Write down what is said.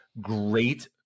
great